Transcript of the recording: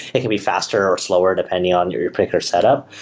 it can be faster, or slower depending on your your particular setup.